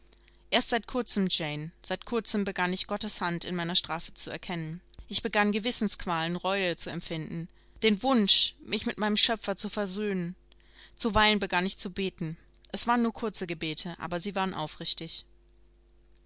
erst seit kurzem jane seit kurzem begann ich gottes hand in meiner strafe zu erkennen ich begann gewissensqualen reue zu empfinden den wunsch mich mit meinem schöpfer zu versöhnen zuweilen begann ich zu beten es waren nur kurze gebete aber sie waren aufrichtig